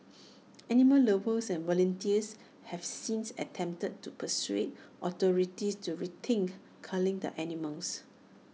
animal lovers and volunteers have since attempted to persuade authorities to rethink culling the animals